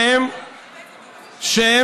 אז למה